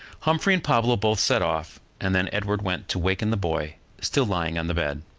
humphrey and pablo both set off, and then edward went to waken the boy, still lying on the bed.